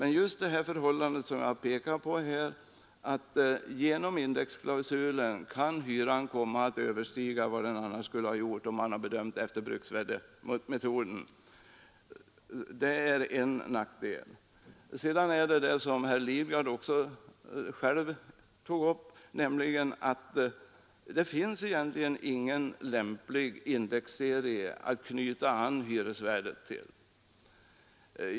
Nr 75 Men just det förhållandet, som jag nyss nämnde, att hyran genom Torsdagen den indexklausulen kan komma att bli högre än den blivit om man bedömt 26 april 1973 den efter bruksvärdesmetoden är en nackdel. Dessutom finns det ———— egentligen — vilket herr Lidgard också tog upp — ingen lämplig indexserie Ändringar i hyresatt knyta an hyresvärdet till.